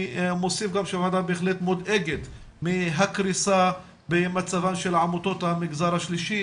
הוועדה מודאגת מהקריסה במצבן של עמותות המגזר השלישי